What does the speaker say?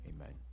Amen